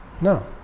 No